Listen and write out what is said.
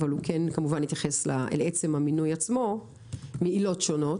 הוא כמובן התייחס לעצם המינוי עצמו מעילות שונות,